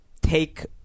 take